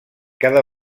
cada